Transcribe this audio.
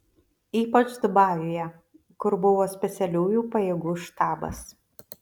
ypač dubajuje kur buvo specialiųjų pajėgų štabas